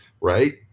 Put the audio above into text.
Right